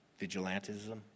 Vigilantism